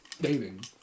dating